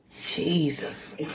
Jesus